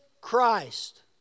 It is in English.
Christ